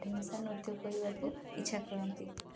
ଢେମ୍ସା ନୃତ୍ୟ କରିବାକୁ ଇଚ୍ଛା କରନ୍ତି